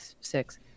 six